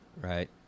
right